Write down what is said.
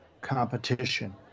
competition